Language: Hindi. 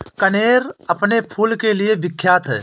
कनेर अपने फूल के लिए विख्यात है